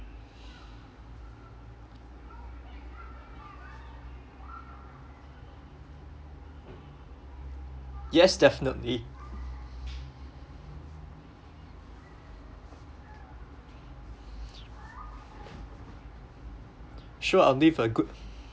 yes definitely sure I'll leave a good